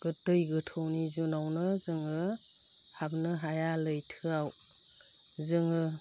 दै गोथौनि जुनावनो जोङो हाबनो हाया लैथोआव जोङो